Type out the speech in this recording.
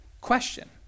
question